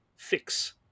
fix